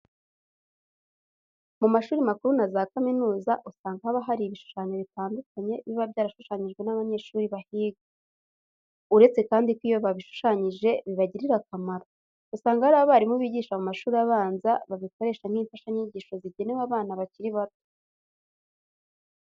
Mu mashuri makuru na za kaminuza usanga haba hari ibishushanyo bitandukanye biba byarashushanyijwe n'abanyeshuri bahiga. Uretse kandi ko iyo babishushanyije bibagirira akamaro, usanga hari abarimu bigisha mu mashuri abanza babikoresha nk'imfashanyigisho zigenewe abana bakiri bato.